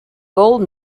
gold